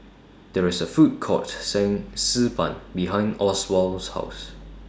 There IS A Food Court Selling Xi Ban behind Oswald's House